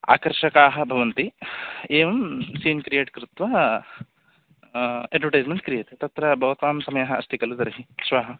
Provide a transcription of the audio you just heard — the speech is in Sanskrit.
अकर्षकाः भवन्ति एवं सीन् क्रियेट् कृत्वा अड्वटैस्मेण्ट् क्रीयते तत्र भवतां समयः अस्ति खलु तर्हि श्वः